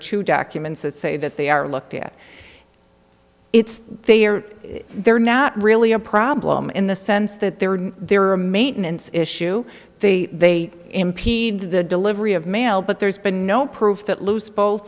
two documents that say that they are looked at it's they are they're not really a problem in the sense that they were there are a maintenance issue they impede the delivery of mail but there's been no proof that loose bo